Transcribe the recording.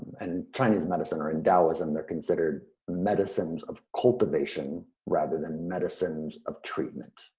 and chinese medicine, or in daoism, they're considered medicines of cultivation rather than medicines of treatment,